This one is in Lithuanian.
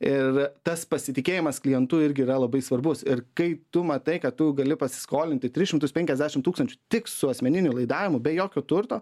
ir tas pasitikėjimas klientu irgi yra labai svarbus ir kai tu matai kad tu gali pasiskolinti tris šimtus penkiasdešimt tūkstančių tik su asmeniniu laidavimu be jokio turto